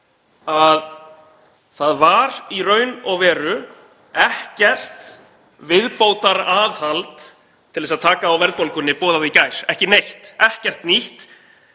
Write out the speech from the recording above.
að það var í raun og veru ekkert viðbótaraðhald til að taka á verðbólgunni boðað í gær, ekki neitt, ekkert nýtt,